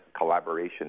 collaboration